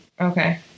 Okay